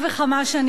הייתי אומרת,